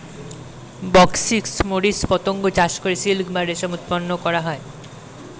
Bombyx mori পতঙ্গ চাষ করে সিল্ক বা রেশম উৎপন্ন করা হয়